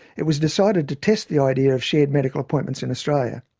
it was decided to test the idea of shared medical appointments in australia.